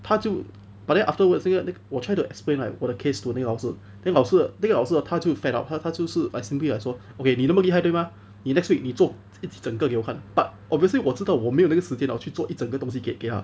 他就 but then afterwards 那个那个我 try to explain like for the case to 那个老师 then 老师那个老师他就 fed up 他就是 like simply like 说 okay 你那么厉害对吗你 next week 你做一直整个流汗 but obviously 我知道我没有那个时间 lah 我去做一整个东西给给他